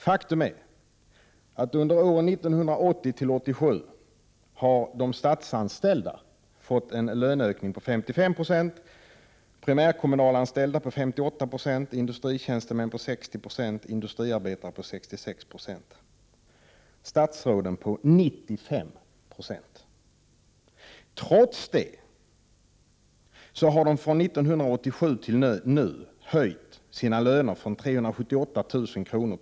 Faktum är att de statsanställda under åren 1980-1987 har fått en löneökning på 55 26, de primärkommunalanställda en på 58 96, industritjänstemän en på 60 20 och industriarbetare en löneökning på 66 96. Statsråden har fått en löneökning på 95 96. Trots detta har de från 1987 och fram till nu höjt sina löner från 378 000 kr.